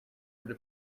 would